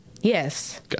Yes